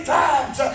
times